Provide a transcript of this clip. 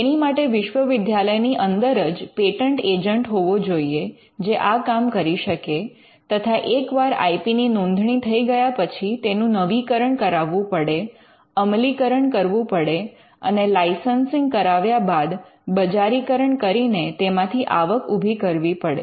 તેની માટે વિશ્વવિદ્યાલય ની અંદર જ પેટન્ટ એજન્ટ હોવો જોઈએ જે આ કામ કરી શકે તથા એક વાર આઇ પી ની નોંધણી થઇ ગયા પછી તેનું નવીકરણ કરાવવું પડે અમલીકરણ કરવું પડે અને લાઇસન્સિંગ કરાવ્યા બાદ બજારીકરણ કરીને તેમાંથી આવક ઊભી કરવી પડે